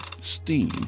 steam